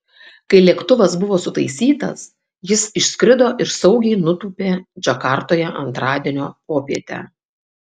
kai lėktuvas buvo sutaisytas jis išskrido ir saugiai nutūpė džakartoje antradienio popietę